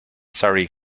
surrey